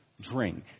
drink